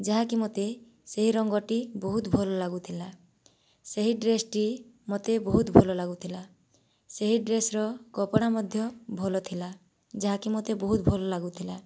ଯାହାକି ମୋତେ ସେହି ରଙ୍ଗଟି ବହୁତ ଭଲ ଲାଗୁଥିଲା ସେହି ଡ୍ରେସ୍ଟି ମୋତେ ବହୁତ ଭଲ ଲାଗୁଥିଲା ସେହି ଡ୍ରେସ୍ର କପଡ଼ା ମଧ୍ୟ ଭଲଥିଲା ଯାହାକି ମୋତେ ବହୁତ ଭଲ ଲାଗୁଥିଲା